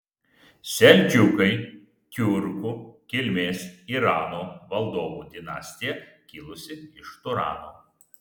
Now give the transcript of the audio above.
seldžiukai tiurkų kilmės irano valdovų dinastija kilusi iš turano